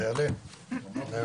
הישיבה ננעלה בשעה 13:20.